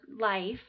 life